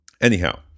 anyhow